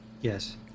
Yes